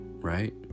right